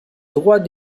droit